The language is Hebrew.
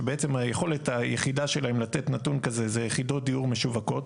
שבעצם היכולת היחידה שלהם לתת נתון כזה זה יחידות דיור משווקות.